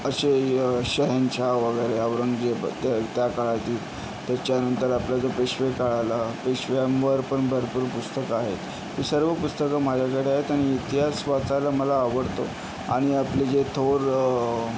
असे शहेनशहा वगैरे औरंगजेब ते त्या काळातील त्याच्यानंतर आपला जो पेशवे काळ आला पेशव्यांवर पण भरपूर पुस्तकं आहेत ही सर्व पुस्तकं माझ्याकडे आहेत आणि इतिहास वाचायला मला आवडतो आणि आपले जे थोर